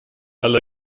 alla